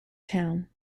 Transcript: town